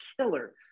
Killer